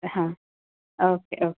હા okay okay